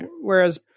Whereas